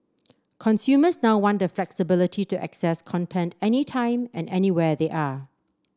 consumers now want the flexibility to access content any time and anywhere they are